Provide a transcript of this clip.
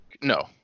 No